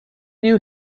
new